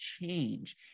change